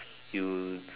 you